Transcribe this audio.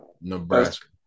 Nebraska